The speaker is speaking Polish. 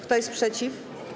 Kto jest przeciw?